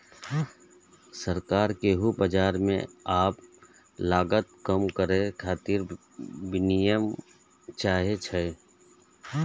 सरकार किछु बाजार मे आब लागत कम करै खातिर विनियम चाहै छै